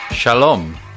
Shalom